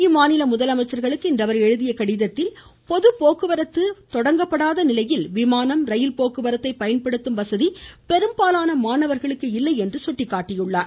இம்மாநில முதலமைச்சர்களுக்கு இன்று அவர் எழுதியுள்ள கடிதத்தில் பொது போக்குவரத்து தொடங்கப்படாத நிலையில் விமானம் ரயில் போக்குவரத்தை பயன்படுத்தும் வசதி பெரும்பாலான மாணவர்களுக்கு இல்லை என்று அவர் சுட்டிக்காட்டினார்